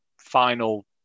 final –